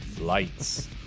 Lights